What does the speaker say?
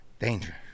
Danger